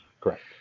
correct